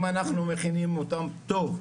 אם אנחנו מכינים אותם טוב,